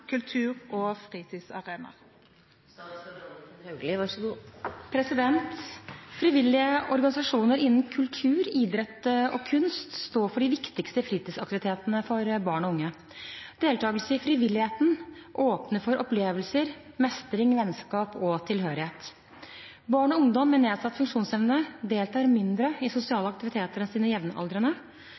kultur- og fritidsarenaer?» Frivillige organisasjoner innen kultur, idrett og kunst står for de viktigste fritidsaktivitetene for barn og unge. Deltakelse i frivilligheten åpner for opplevelser, mestring, vennskap og tilhørighet. Barn og ungdom med nedsatt funksjonsevne deltar mindre i sosiale aktiviteter enn sine jevnaldrende.